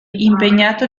impegnato